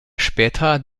später